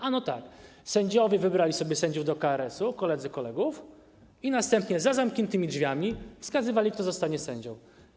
Ano tak: sędziowie wybierali sobie sędziów do KRS-u, koledzy kolegów, i następnie za zamkniętymi drzwiami wskazywali, kto zostanie sędzią.